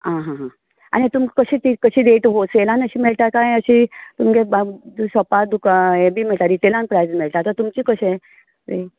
आं हां हां आनी तुमकां कशें कशें रेट होलसेलान अशी बी मेळटा कांय अशीं तुमगे शाॅपार दुकानार बी वता न्ही तेन्ना आमकां प्रायस मेळटा तर तुमचें कशें तें